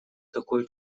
такое